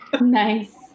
Nice